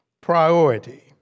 Priority